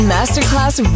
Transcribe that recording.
Masterclass